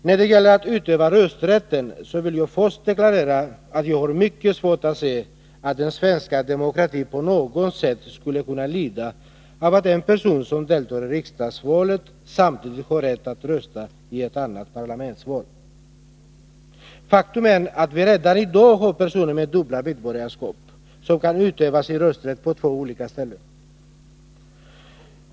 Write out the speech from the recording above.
När det gäller att utöva rösträtten vill jag först deklarera att jag har mycket svårt att se att den svenska demokratin på något sätt skulle kunna lida av att en person som deltar i riksdagsvalet samtidigt har rätt att rösta i ett annat parlamentsval. Faktum är att vi redan i dag har personer med dubbla medborgarskap som kan utöva sin rösträtt på två olika ställen.